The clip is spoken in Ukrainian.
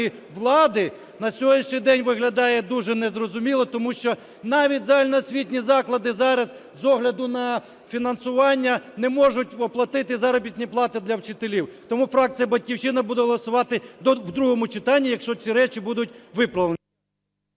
влади на сьогоднішній день виглядає дуже незрозуміло. Тому що навіть загальноосвітні заклади зараз з огляду на фінансування не можуть платити заробітні плати для вчителів. Тому фракція "Батьківщина" буде голосувати в другому читанні, якщо ці речі будуть виправлені.